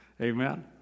Amen